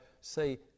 say